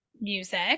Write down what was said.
music